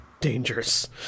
dangerous